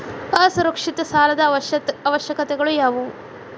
ಅಸುರಕ್ಷಿತ ಸಾಲದ ಅವಶ್ಯಕತೆಗಳ ಯಾವು